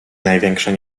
największe